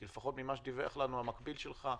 כי לפחות ממה שדיווח לנו המקביל שלך,